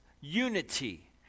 unity